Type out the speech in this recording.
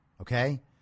Okay